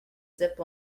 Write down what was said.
zip